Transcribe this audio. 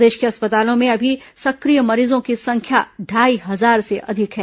प्रदेश के अस्पतालों में अभी सक्रिय मरीजों की संख्या ढाई हजार से अधिक है